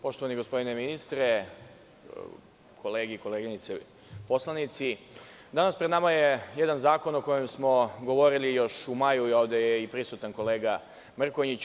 Poštovani gospodine ministre, kolege i koleginice poslanici, danas pred nama je jedan zakon o kojem smo govorili još u maju, i ovde je prisutan kolega Mrkonjić.